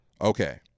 okay